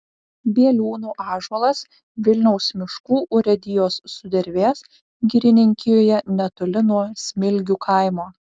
bieliūnų ąžuolas vilniaus miškų urėdijos sudervės girininkijoje netoli nuo smilgių kaimo